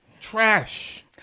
trash